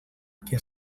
que